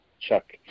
chuck